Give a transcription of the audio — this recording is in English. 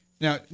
Now